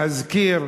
להזכיר,